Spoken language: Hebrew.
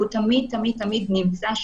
והוא תמיד תמיד נמצא שם.